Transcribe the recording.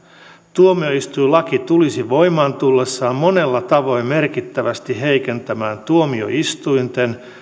tuomioistuinlaki tulisi voimaan tullessaan monella tavoin merkittävästi heikentämään tuomioistuinten